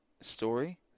story